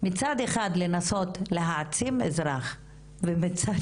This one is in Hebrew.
כך מצד אחד מנסים להעצים אזרח ומהצד